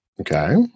okay